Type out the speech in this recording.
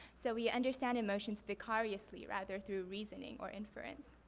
so we understand emotions vicariously rather through reasoning or inference.